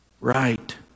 Right